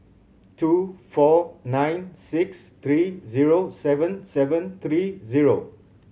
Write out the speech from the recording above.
two four nine six three zero seven seven three zero